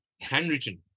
handwritten